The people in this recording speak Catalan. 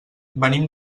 venim